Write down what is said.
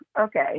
okay